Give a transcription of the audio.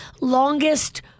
longest